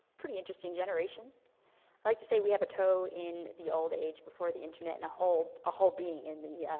pretty interesting generation. i'd like to say we have a toe in the old age before the internet and a whole, a whole being in the,